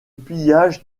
pillage